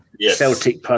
Celtic